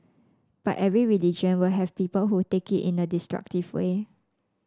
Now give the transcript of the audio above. but every religion will have people who take it in a destructive way